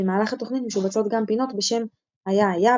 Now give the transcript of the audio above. במהלך התוכנית משובצות גם פינות בשם "היה היה"